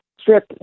strip